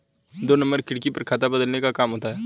दो नंबर खिड़की पर खाता बदलने का काम होता है